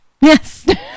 Yes